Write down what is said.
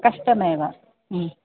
कष्टमेव